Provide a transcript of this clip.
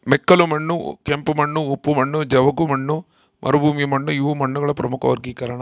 ಮೆಕ್ಕಲುಮಣ್ಣು ಕೆಂಪುಮಣ್ಣು ಉಪ್ಪು ಮಣ್ಣು ಜವುಗುಮಣ್ಣು ಮರುಭೂಮಿಮಣ್ಣುಇವು ಮಣ್ಣುಗಳ ಪ್ರಮುಖ ವರ್ಗೀಕರಣ